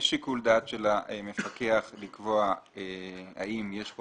יש שיקול דעת של המפקח לקבוע האם יש כאן